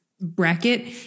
bracket